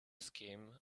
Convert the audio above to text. scheme